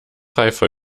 reifer